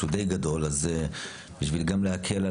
ולכן חלק גדול מהסעיפים פה הם יהיו סעיפים שמתקנים את המונחים,